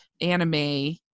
anime